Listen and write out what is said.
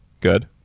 good